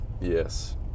yes